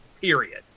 period